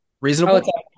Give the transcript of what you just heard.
Reasonable